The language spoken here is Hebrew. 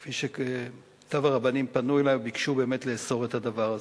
כפי שמיטב הרבנים פנו אלי וביקשו באמת לאסור את הדבר הזה.